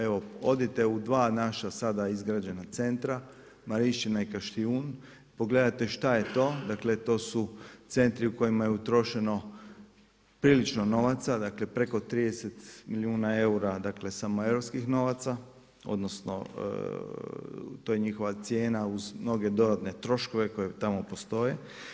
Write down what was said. Evo, odite u dva naša sada izgrađena centra Mariščina i Kaštijun, pogledajte šta je to, dakle to su centri u kojima je utrošeno prilično novaca, dakle preko 30 milijuna eura, dakle samo europskih novaca, odnosno to je njihova cijena uz mnoge dodatne troškove koji tamo postoje.